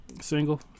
Single